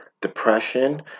depression